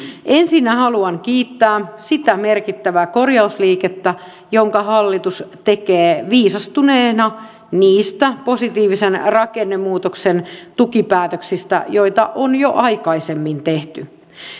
ensinnä haluan kiittää sitä merkittävää korjausliikettä jonka hallitus tekee viisastuneena niistä positiivisen rakennemuutoksen tukipäätöksistä joita on jo aikaisemmin tehty